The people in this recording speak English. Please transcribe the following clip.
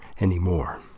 anymore